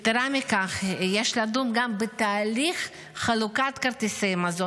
יתרה מכך, יש לדון גם בתהליך חלוקת כרטיסי מזון.